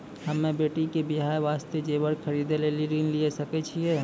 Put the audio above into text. हम्मे बेटी के बियाह वास्ते जेबर खरीदे लेली ऋण लिये सकय छियै?